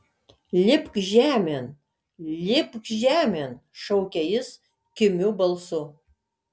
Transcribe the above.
lipk žemėn lipk žemėn šaukė jis kimiu balsu